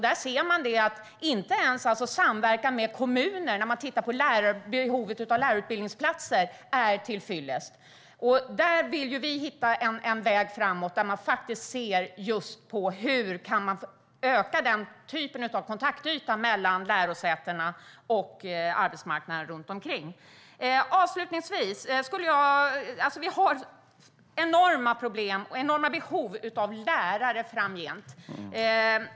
Där ser man att inte ens samverkan med kommuner när det gäller behovet av lärarutbildningsplatser är till fyllest. Där vill vi hitta en väg framåt där man ser på just hur man kan öka den typen av kontaktyta mellan lärosätena och arbetsmarknaden runt omkring. Avslutningsvis vill jag säga att vi har enorma problem och enorma behov av lärare framgent.